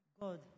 God